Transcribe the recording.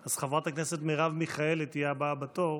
אז חברת הכנסת מרב מיכאלי תהיה הבאה בתור,